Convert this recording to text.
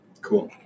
Cool